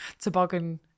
Toboggan